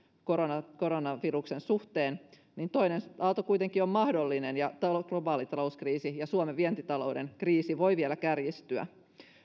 koronaviruksen suhteen niin toinen aalto kuitenkin on mahdollinen ja globaali talouskriisi ja suomen vientitalouden kriisi voivat vielä kärjistyä